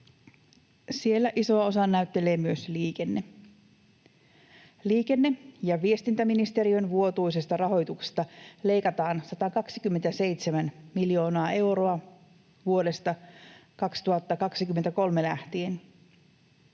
Siellä isoa osaa näyttelee myös liikenne. Liikenne- ja viestintäministeriön vuotuisesta rahoituksesta leikataan 127 miljoonaa euroa vuodesta 2023 lähtien.